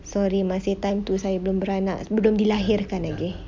sorry masih time tu saya belum beranak belum dilahirkan lagi